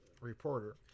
Reporter